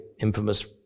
infamous